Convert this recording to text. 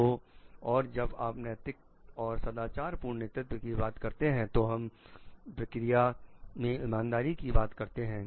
तो और जब आप नैतिक और सदाचार पूर्ण नेतृत्व की बात करते हैं तो हम प्रक्रिया में ईमानदारी की बात करते हैं